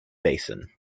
basin